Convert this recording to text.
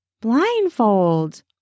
blindfold